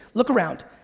look around,